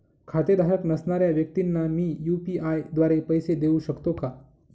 खातेधारक नसणाऱ्या व्यक्तींना मी यू.पी.आय द्वारे पैसे देऊ शकतो का?